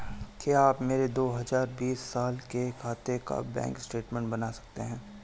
क्या आप मेरे दो हजार बीस साल के खाते का बैंक स्टेटमेंट बता सकते हैं?